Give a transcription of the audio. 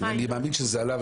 אני מאמין שזה עלה,